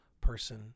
person